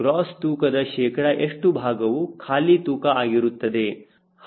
gross ತೂಕದ ಶೇಕಡ ಎಷ್ಟು ಭಾಗವು ಖಾಲಿ ತೂಕ ಆಗಿರುತ್ತದೆ